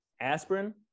aspirin